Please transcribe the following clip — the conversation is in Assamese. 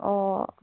অঁ